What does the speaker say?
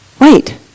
Wait